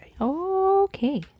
okay